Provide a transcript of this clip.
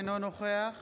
אינו נוכח